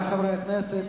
חברי חברי הכנסת,